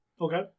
Okay